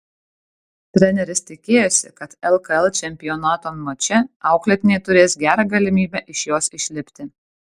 treneris tikėjosi kad lkl čempionato mače auklėtiniai turės gerą galimybę iš jos išlipti